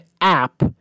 app